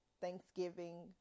thanksgiving